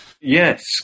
Yes